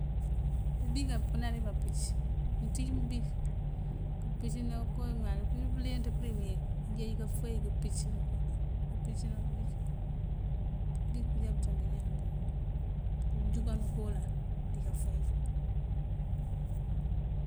Pëëbik opëënáarí báampic, mëënţíj pëëbik këëmpicëna kowí mëëŋalëwí. Mëëyël kalenţ përun inkiyink këënjeej káfoy káapicëna pël, këëmpicëna pëëbik. Pëëbik ajá pëënţënk iñaan unjúkanu kooloŋ dí káfoy.